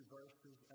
verses